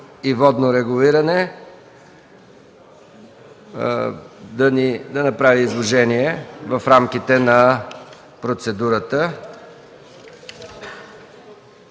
и водно регулиране, да направи изложение в рамките на процедурата,